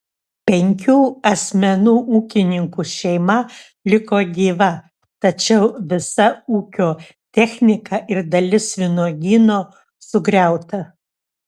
penkių asmenų ūkininkų šeima liko gyva tačiau visa ūkio technika ir dalis vynuogyno sugriauta